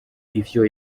ivyo